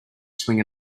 swing